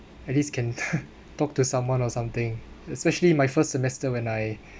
at least can talk to someone or something especially my first semester when I